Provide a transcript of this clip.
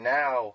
now